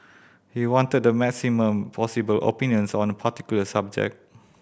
he wanted the maximum possible opinions on a particular subject